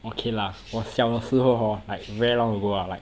okay lah 我小的时候 hor like very long ago ah like